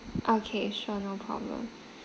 okay sure no problem